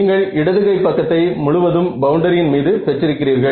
நீங்கள் இடது கை பக்கத்தை முழுவதும் பவுண்டரியின் மீது பெற்றிருக்கிறீர்கள்